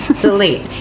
Delete